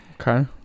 okay